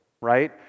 right